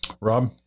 Rob